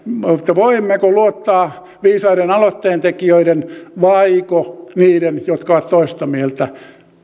voimmeko luottaa viisaiden aloitteentekijöiden vaiko niiden jotka ovat toista mieltä